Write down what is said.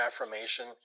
affirmation